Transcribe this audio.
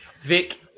Vic